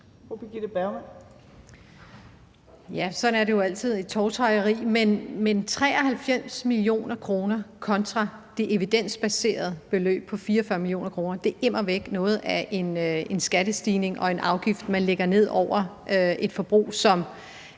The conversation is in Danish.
der jo altid. Men 93 mio. kr. kontra det evidensbaserede beløb på 44 mio. kr. er immer væk noget af en skattestigning og en afgift, man lægger ned over et forbrug, som